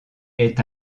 est